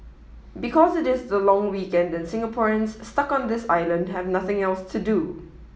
because it is the long weekend and Singaporeans stuck on this island have nothing else to do